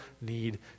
need